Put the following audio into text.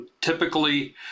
typically